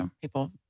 people